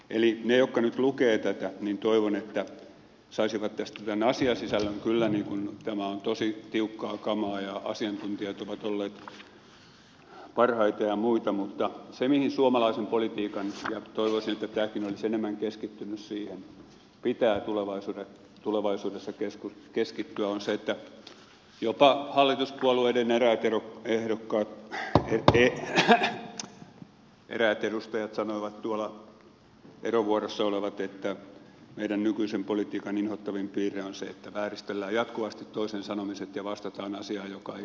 eli toivon että ne jotka nyt lukevat tätä saisivat tästä tämän asiasisällön kyllä irti tämä on tosi tiukkaa kamaa ja asiantuntijat ovat olleet parhaita ja muuta mutta se mihin suomalaisen politiikan ja toivoisin että tämäkin olisi enemmän keskittynyt siihen pitää tulevaisuudessa keskittyä on se mitä jopa hallituspuolueiden eräät ehdokkaat eräät edustajat erovuorossa olevat sanoivat tuolla että meidän nykyisen politiikan inhottavin piirre on se että vääristellään jatkuvasti toisen sanomiset ja vastataan asiaan joka ei kuulu asiaan